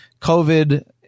COVID